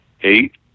eight